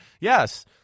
Yes